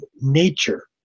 nature